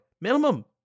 Minimum